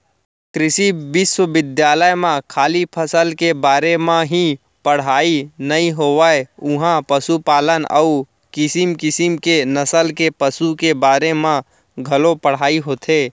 कृषि बिस्वबिद्यालय म खाली फसल के बारे म ही पड़हई नइ होवय उहॉं पसुपालन अउ किसम किसम के नसल के पसु के बारे म घलौ पढ़ाई होथे